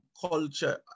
culture